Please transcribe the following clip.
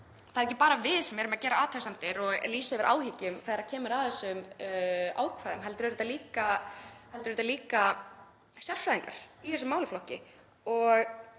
það erum ekki bara við sem erum að gera athugasemdir og lýsa yfir áhyggjum þegar kemur að þessum ákvæðum heldur líka sérfræðingar í þessum málaflokki.